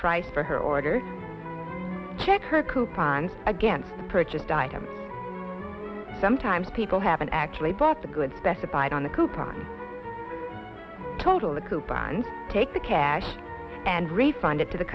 price for her order check her coupons against purchased items sometimes people haven't actually bought the goods specified on the coupon total the coupons take the cash and refund it to the